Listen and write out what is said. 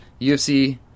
UFC